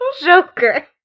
Joker